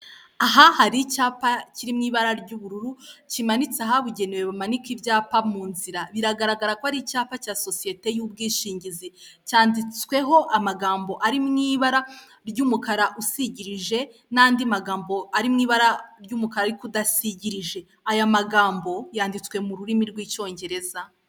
Aha hari icyapa kiri mu ibara ry'ubururu kimanitse ahabugenewe bamanika ibyapa mu nzira, biragaragara ko ari icyapa cya sosiyete y'ubwishingizi, cyanditsweho amagambo ari mu ibara ry'umukara usigirije n'andi magambo ari mu ibara ry'umukara ariko udasigirije, aya magambo yanditse mu rurimi rw'Icyongereza.